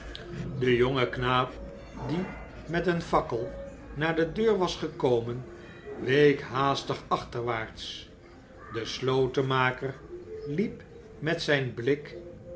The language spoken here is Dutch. de jonge knaap die met een fakkel naar de deur was gekomen week haastig achterwaarts de slotenmaker liep met zijn blik